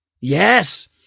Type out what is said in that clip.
Yes